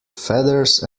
feathers